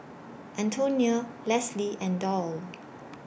Antonina Lesly and Doll